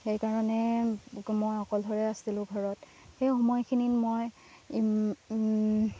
সেইকাৰণে মই অকলশৰে আছিলোঁ ঘৰত সেই সময়খিনিত মই